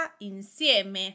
insieme